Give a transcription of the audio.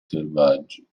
selvaggi